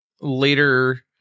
later